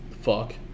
Fuck